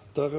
i dag